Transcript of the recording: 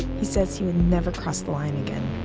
he says he'll never cross the line again.